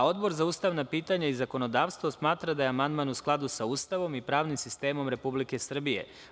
Odbor za ustavna pitanja i zakonodavstvo smatra da je amandman u skladu sa Ustavom i pravnim sistemom Republike Srbije.